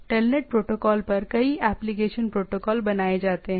telnet protocol पर कई application protocol बनाए जाते हैं